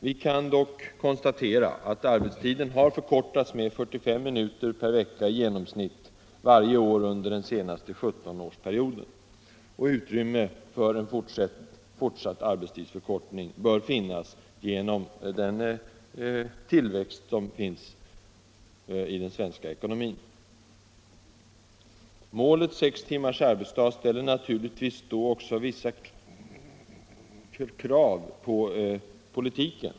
Vi kan dock konstatera att arbetstiden har förkortats med 45 minuter per vecka i genomsnitt varje år under den senaste 17-årsperioden, och utrymme för en fortsatt arbetstidsförkortning bör finnas genom tillväxten i den svenska ekonomin. Målet sex timmars arbetsdag ställer naturligtvis också vissa krav på politiken.